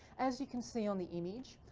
as you can see on the image,